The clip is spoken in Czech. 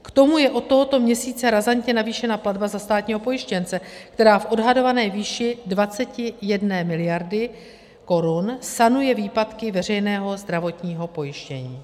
K tomu je od tohoto měsíce razantně navýšena platba za státního pojištěnce, která v odhadované výši 21 mld. korun sanuje výpadky veřejného zdravotního pojištění.